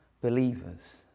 believers